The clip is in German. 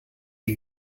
die